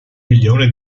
milione